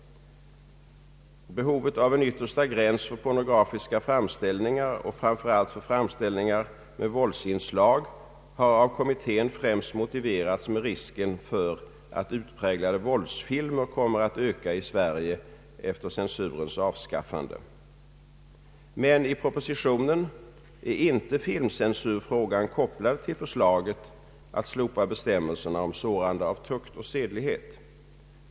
Behovet av en yttersta gräns för pornografiska framställningar och framför allt för framställningar med våldsinslag har av kommittén främst motiverats med risken för att antalet utpräglade våldsfilmer kommer att öka i Sverige efter censurens avskaffande. I propositionen har inte filmcensuren kopplats till förslaget att slopa bestämmelserna om sårande av tukt och sedlighet.